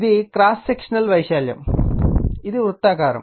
ఇది cross sectional వైశాల్యం ఇది వృత్తాకారం